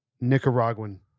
Nicaraguan